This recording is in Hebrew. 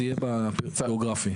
זה יהיה בפריפריה החברתית.